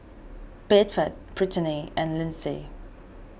Bedford Britny and Lindsey